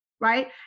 Right